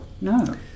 no